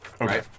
Okay